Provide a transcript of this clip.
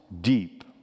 deep